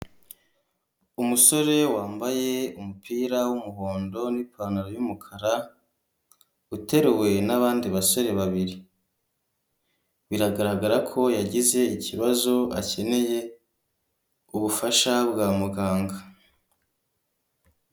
Umusore wambaye umupira w'umuhondo n'ipantaro y'umukara uteruwe n'abandi basore babiri, biragaragara ko yagize ikibazo akeneye ubufasha bwa muganga.